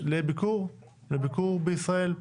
לביקור בישראל,